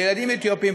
לילדים אתיופים,